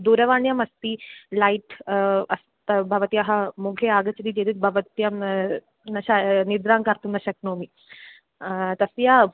दूरवाण्याम् अस्ति लैट् अस्ति भवत्याः मुखे आगच्छति चेत् भवत्यां न श निद्रां कर्तुं न शक्नोमि तस्य